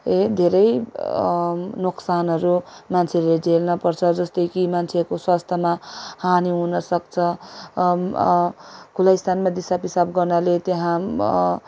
धेरै नोक्सानहरू मान्छेले झेल्नपर्छ जस्तै कि मान्छेको स्वास्थ्यमा हानी हुनसक्छ खुला स्थानमा दिसा पिसाब गर्नाले त्यहाँ